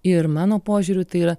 ir mano požiūriu tai yra